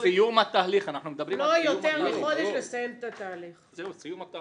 לא יותר מחודש לסיים את התהליך.